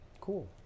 Cool